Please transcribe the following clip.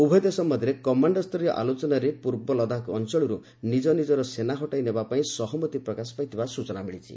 ଉଭୟ ଦେଶ ମଧ୍ୟରେ କମାଣ୍ଡର ସ୍ତରୀୟ ଆଲୋଚନାରେ ପୂର୍ବ ଲଦାଖ ଅଞ୍ଚଳରୁ ନିଜ ନିଜର ସେନା ହଟାଇ ନେବା ପାଇଁ ସହମତି ପ୍ରକାଶ ପାଇଥିବା ସ୍ଚଚନା ମିଳିଛି